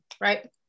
right